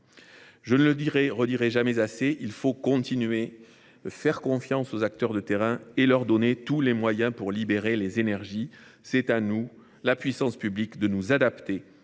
Je ne le dirai jamais assez, il faut continuer de faire confiance aux acteurs de terrain et leur donner tous les moyens pour libérer les énergies. C’est à nous, la puissance publique, de nous adapter